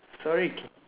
sorry c~